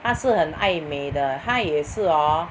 他是很爱美的他也是 orh